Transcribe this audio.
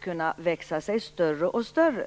kunna växa sig större och större.